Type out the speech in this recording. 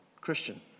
Christian